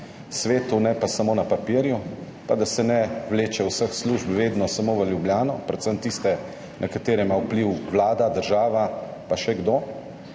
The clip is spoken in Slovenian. svetu, ne pa samo na papirju, pa da se ne vleče vseh služb vedno samo v Ljubljano – predvsem tistih, na katere imajo vpliv vlada, država pa še kdo